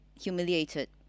humiliated